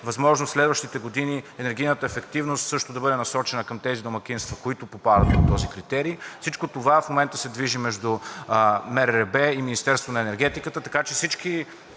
възможно в следващите години енергийната ефективност също да бъде насочена към тези домакинства, които попадат към този критерий. Всичко това в момента се движи между МРРБ и Министерството на енергетиката, така че всички